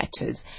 matters